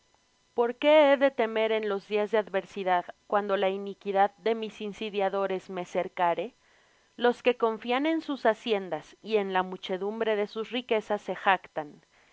por qué he de temer en los días de adversidad cuando la iniquidad de mis insidiadores me cercare los que confían en sus haciendas y en la muchedumbre de sus riquezas se jactan